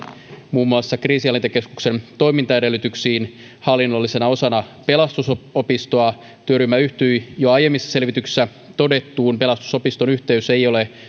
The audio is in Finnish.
muun muassa kriisinhallintakeskuksen toimintaedellytyksiin hallinnollisena osana pelastusopistoa työryhmä yhtyi jo aiemmissa selvityksissä todettuun pelastusopiston yhteys ei ole